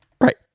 right